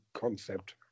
concept